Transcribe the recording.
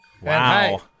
Wow